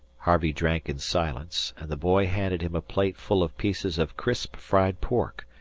harvey drank in silence, and the boy handed him a plate full of pieces of crisp fried pork,